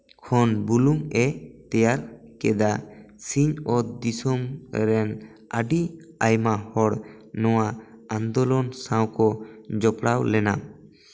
ᱠᱷᱚᱱ ᱵᱩᱞᱩᱝ ᱮ ᱛᱮᱭᱟᱨ ᱠᱮᱫᱟ ᱥᱤᱧᱚᱛ ᱫᱤᱥᱚᱢ ᱨᱮᱱ ᱟᱹᱰᱤ ᱟᱭᱢᱟ ᱦᱚᱲ ᱱᱚᱣᱟ ᱟᱱᱫᱳᱞᱚᱱ ᱥᱟᱶ ᱠᱚ ᱡᱚᱯᱲᱟᱣ ᱞᱮᱱᱟ